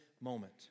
moment